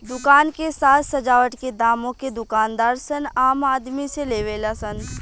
दुकान के साज सजावट के दामो के दूकानदार सन आम आदमी से लेवे ला सन